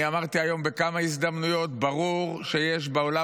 אני אמרתי היום בכמה הזדמנויות: ברור שיש בעולם